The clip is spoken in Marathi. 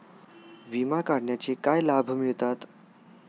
विमा काढण्याचे काय लाभ मिळतात?